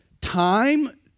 time